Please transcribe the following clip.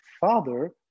father